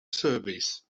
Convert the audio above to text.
service